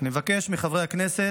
אני מבקש מחברי הכנסת